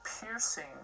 piercing